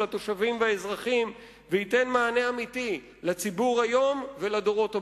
התושבים והאזרחים וייתן מענה אמיתי לציבור היום ולדורות הבאים.